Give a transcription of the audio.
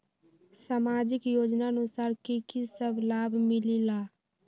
समाजिक योजनानुसार कि कि सब लाब मिलीला?